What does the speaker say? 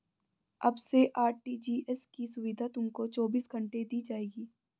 अब से आर.टी.जी.एस की सुविधा तुमको चौबीस घंटे दी जाएगी